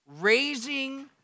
Raising